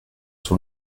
sur